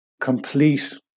complete